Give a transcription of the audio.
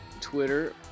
Twitter